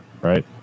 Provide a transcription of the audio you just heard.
right